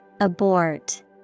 Abort